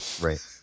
Right